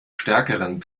stärkeren